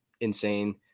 insane